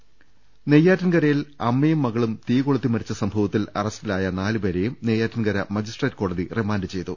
രദേഷ്ടെടു നെയ്യാറ്റിൻകരയിൽ അമ്മയും മകളും തീകൊളുത്തി മരിച്ച സംഭവത്തിൽ അറസ്റ്റിലായ നാലുപേരെയും നെയ്യാറ്റിൻകര മജിസ്ട്രേറ്റ് കോടതി റിമാൻഡ് ചെയ്തു